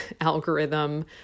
algorithm